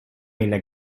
mille